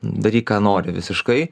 daryk ką nori visiškai